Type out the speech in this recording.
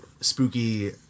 spooky